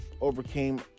overcame